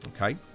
okay